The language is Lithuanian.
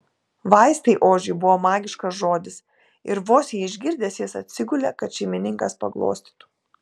vaistai ožiui buvo magiškas žodis ir vos jį išgirdęs jis atsigulė kad šeimininkas paglostytų